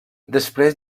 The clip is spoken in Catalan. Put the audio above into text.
després